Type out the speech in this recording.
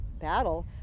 battle